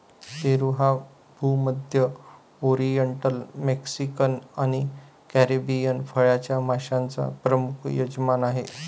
पेरू हा भूमध्य, oriental, Mexican आणि कॅरिबियन फळांच्या माश्यांचा प्रमुख यजमान आहे